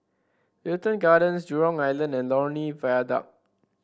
Wilton Gardens Jurong Island and Lornie Viaduct